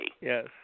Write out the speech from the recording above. Yes